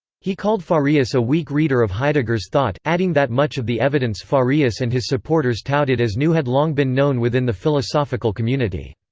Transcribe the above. he called farias a weak reader of heidegger's thought, adding that much of the evidence farias and his supporters touted as new had long been known within the philosophical community.